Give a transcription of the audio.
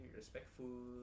respectful